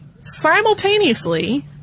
simultaneously